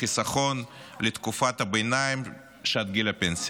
בחיסכון לתקופת הביניים שעד גיל הפנסיה.